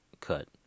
cut